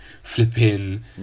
Flipping